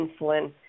insulin